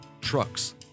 trucks